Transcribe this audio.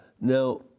Now